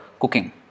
cooking